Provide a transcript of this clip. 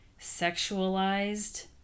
sexualized